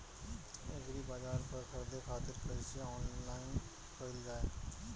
एग्रीबाजार पर खरीदे खातिर कइसे ऑनलाइन कइल जाए?